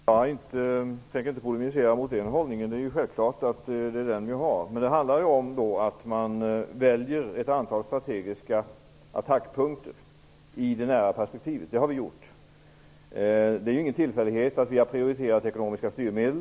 Herr talman! Jag tänker inte polemisera mot den hållningen. Självfallet delar vi den. Men det handlar om att välja ett antal strategiska attackpunkter i det nära perspektivet. Det har vi gjort. Det är ingen tillfällighet att vi har prioriterat ekonomiska styrmedel.